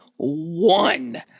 One